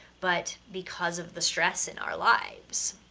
but because of the stress in our lives.